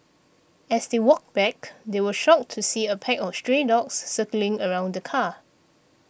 as they walked back they were shocked to see a pack of stray dogs circling around the car